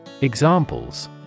Examples